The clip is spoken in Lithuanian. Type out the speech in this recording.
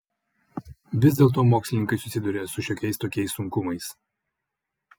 vis dėlto mokslininkai susiduria su šiokiais tokiais sunkumais